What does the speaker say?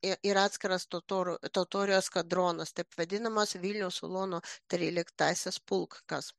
i ir atskiras totorų totorių eskadronas taip vadinamas vilniaus ulonų triliktasis pulkas